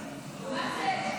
מילואים).